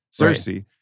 Cersei